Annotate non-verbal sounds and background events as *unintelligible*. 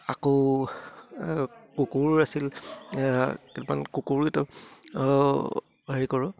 আকৌ কুকুৰো আছিল কিমান কুকুৰ *unintelligible* হেৰি কৰোঁ